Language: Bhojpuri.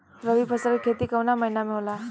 रवि फसल के खेती कवना महीना में होला?